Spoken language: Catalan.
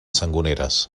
sangoneres